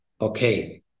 Okay